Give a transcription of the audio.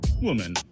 Woman